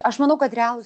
aš manau kad realūs